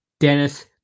Dennis